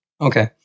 Okay